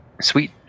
sweet